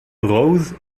rose